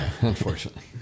unfortunately